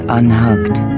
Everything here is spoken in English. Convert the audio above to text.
unhugged